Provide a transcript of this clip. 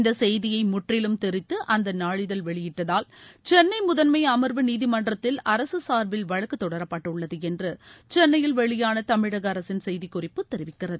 இந்த செய்தியை முற்றிலும் திரித்து அந்த நாளிதழ் வெளியிட்டதால் சென்னை முதன்மை அமர்வு நீதிமன்றத்தில் அரசு சார்பில் வழக்கு தொடரப்பட்டுள்ளது என்று சென்னையில் வெளியான தமிழக அரசின் செய்திக்குறிப்பு தெரிவிக்கிறது